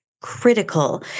critical